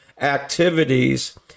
activities